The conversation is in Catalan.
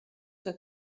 que